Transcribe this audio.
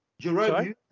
Jerome